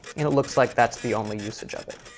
it looks like that's the only usage of it.